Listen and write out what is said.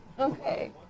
Okay